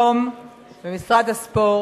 קבוצות הנשים מקבלות היום במשרד הספורט